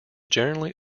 generally